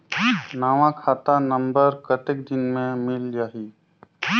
नवा खाता नंबर कतेक दिन मे मिल जाही?